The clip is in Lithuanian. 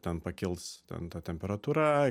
ten pakils ten ta temperatūra